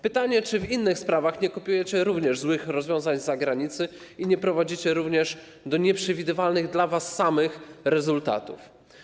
Pytanie, czy w innych sprawach nie kopiujecie również złych rozwiązań z zagranicy i nie prowadzicie do nieprzewidywalnych dla was samych rezultatów.